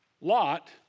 Lot